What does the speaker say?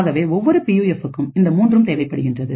ஆகவே ஒவ்வொரு பியூஎஃப்புக்கும் இந்த மூன்றும் தேவைப்படுகின்றது